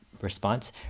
response